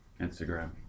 Instagram